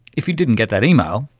if you didn't get that email,